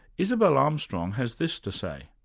isabel armstrong has this to say